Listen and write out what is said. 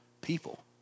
people